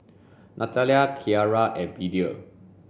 Natalia Kyara and Media